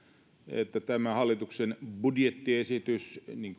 että tämän hallituksen budjettiesitys niin